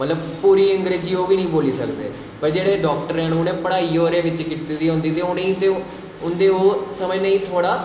मतलव पूरी अंग्रेजी ओह् बी नी बोली सकदे भाई़ाक्टर जेह्ड़े उनैं पढ़ाई ओह्दे बिच्च कीती दी होंदी ते ओह् उंदे ओह् समझने गी थोह्ड़ा